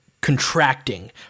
contracting